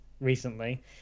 recently